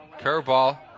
curveball